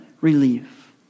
relief